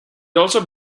also